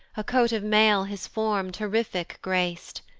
a coat of mail his form terrific grac'd,